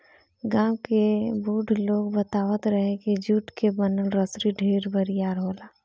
गांव के बुढ़ लोग बतावत रहे की जुट के बनल रसरी ढेर बरियार होला